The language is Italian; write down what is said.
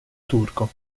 turco